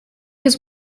his